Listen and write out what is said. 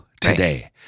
today